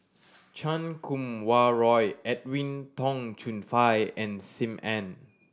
Chan Kum Wah Roy Edwin Tong Chun Fai and Sim Ann